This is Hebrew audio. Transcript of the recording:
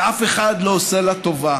ואף אחד לא עושה לה טובה.